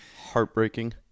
Heartbreaking